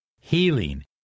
healing